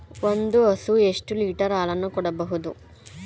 ಒಂದು ಹಸು ಎಷ್ಟು ಲೀಟರ್ ಹಾಲನ್ನು ಕೊಡಬಹುದು?